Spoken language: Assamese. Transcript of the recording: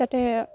যাতে